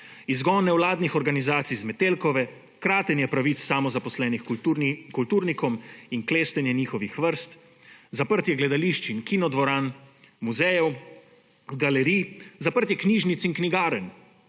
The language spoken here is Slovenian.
izgon nevladnih organizacij z Metelkove, kratenje pravic samozaposlenih kulturnikov in klestenje njihovih vrst, zaprtje gledališč in kinodvoran, muzejev, galerij, zaprtje knjižnic in knjigarn,